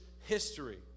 history